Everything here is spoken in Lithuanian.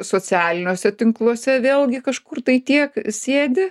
socialiniuose tinkluose vėlgi kažkur tai tiek sėdi